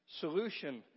solution